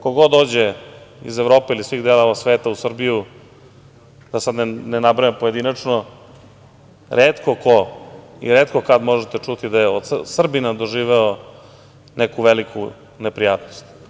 Ko god dođe iz Evrope ili svih delova sveta u Srbiju, da sada ne nabrajam pojedinačno, retko ko i retko kada možete čuti da je od Srbina doživeo neku veliku neprijatnost.